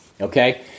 okay